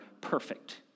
perfect